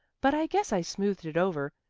but i guess i smoothed it over.